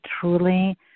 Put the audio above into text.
truly